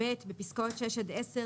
" (ב)בפסקאות (6) עד (10),